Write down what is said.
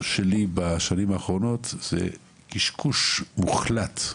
מהשנים האחרונות מדובר בקשקוש מוחלט.